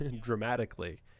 dramatically